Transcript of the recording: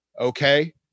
Okay